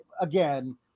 again